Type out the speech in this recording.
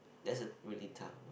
that's a really tough